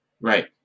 Right